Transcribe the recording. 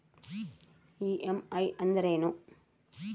EMI ಅಂದ್ರೇನು?